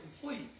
complete